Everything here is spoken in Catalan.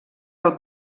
del